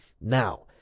Now